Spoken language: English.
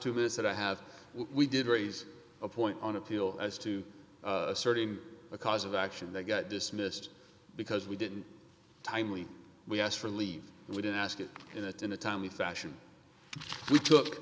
two minutes that i have we did raise a point on appeal as to asserting a cause of action that got dismissed because we didn't timely we asked for leave we didn't ask it in that in a timely fashion we took